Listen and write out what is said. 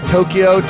Tokyo